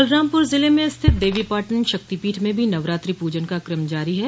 बलरामपुर जिले में स्थित देवीपाटन शक्तिपीठ में भी नवरात्रि पूजन का कम जारी है